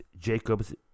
Jacob's